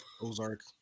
Ozark